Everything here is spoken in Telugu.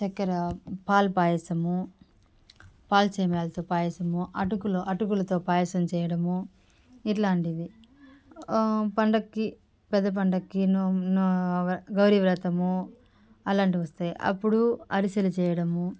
చక్కర పాల పాయసము పాల సేమ్యాలతో పాయసము అటుకులు అటుకులతో పాయసము చేయడము ఇలాంటివి పండక్కి పెద్ద పండక్కి నోము అదే గౌరి వ్రతము అలాంటివి వస్తాయి అప్పుడు అరిసెలు చేయడము